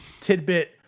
tidbit